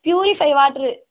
purify water